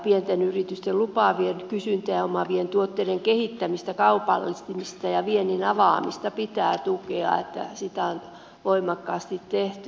pienten yritysten lupaavien ja kysyntää omaa vien tuotteiden kehittämistä kaupallistamista ja viennin avaamista pitää tukea ja sitä on voimakkaasti tehty